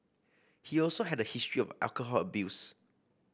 he also had a history of alcohol abuse